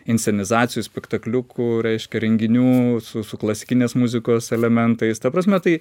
inscenizacijų spektakliukų reiškia renginių su su klasikinės muzikos elementais ta prasme tai